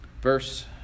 Verse